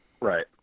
Right